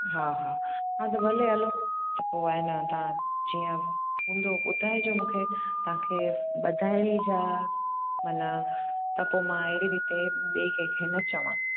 हा हा हा त भले हलो पोइ आहे न तव्हां जीअं हूंदो ॿुधाइजो मूंखे तव्हांखे ॿधाइणी जा माना त पोइ मां अहिड़ी बि हिते ॿिए कंहिंखे न चवां